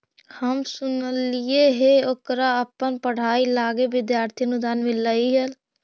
हम सुनलिइ हे ओकरा अपन पढ़ाई लागी विद्यार्थी अनुदान मिल्लई हल